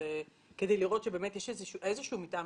כד לראות שיש איזה שהוא מתאם,